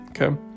Okay